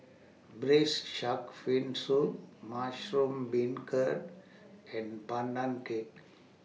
Braised Shark Fin Soup Mushroom Beancurd and Pandan Cake